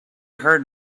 heard